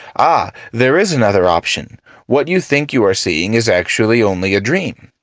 ah, there is another option what you think you are seeing is actually only a dream.